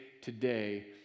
today